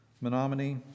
Menominee